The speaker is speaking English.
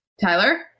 Tyler